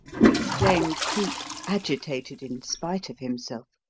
exclaimed cleek, agitated in spite of himself.